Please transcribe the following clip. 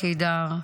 עפרה קידר,